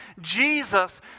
jesus